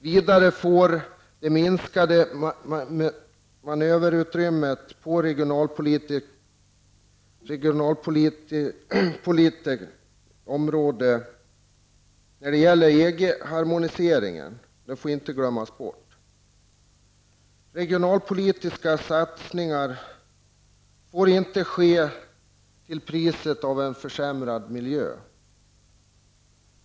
Vidare får vi inte glömma att det blir ett minskat manöverutrymme på regionalpolitikens område till följd av EG-harmoniseringen. Regionalpolitiska satsningar får inte ske till priset av en försämrad miljö.